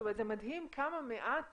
זאת אומרת כמה מעט